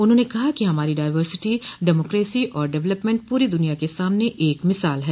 उन्होंने कहा कि हमारी डायर्वटसिटी डेमोक्रेसी ओर डेवलपमेंट पूरी दुनिया के सामने एक मिसाल है